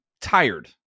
tired